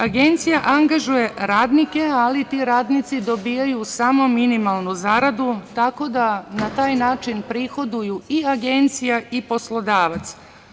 Agencija angažuje radnike, ali ti radnici dobijaju samo minimalnu zaradu, tako da na taj način prihodiju i agencija i poslodavac.